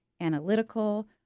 analytical